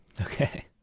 okay